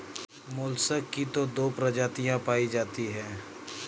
mollusc की तो दो प्रजातियां पाई जाती है